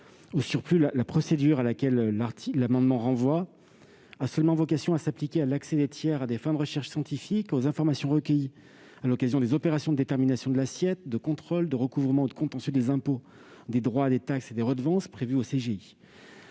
Au surplus, la procédure à laquelle l'amendement vise à renvoyer a seulement vocation à s'appliquer à l'accès des tiers à des fins de recherches scientifiques aux informations recueillies à l'occasion des opérations de détermination de l'assiette, de contrôle, de recouvrement ou de contentieux des impôts, des droits, des taxes et des redevances prévus au code